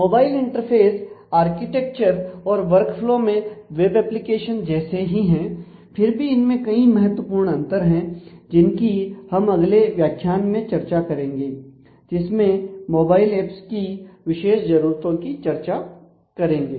mobile interface architecture और workflow में web application जैसे ही हैं फिर भी इनमें कई महत्वपूर्ण अंतर है जिनकी हम अगले व्याख्यान चर्चा करेंगे जिस में मोबाइल एप्स की विशेष जरूरतों की चर्चा करेंगे